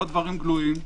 כל הדברים גלויים.